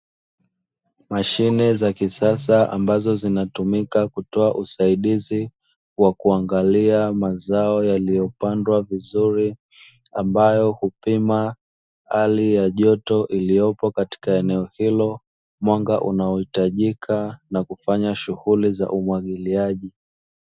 Mashine za kisasa zinazo toa usaidizi wa kuangalia mazao yaliyopandawa vizuri ambayo hupima hali ya joto iliyomo katika eneo hilo, na mwanga unaohitajika na kufanya shughuli za umwagiliaji.